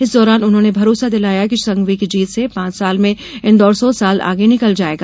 इस दौरान उन्होंने भरोसा दिलाया कि श्री संघवी की जीत से पांच साल में इन्दौर सौ साल आगे निकल जायेगा